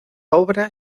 obra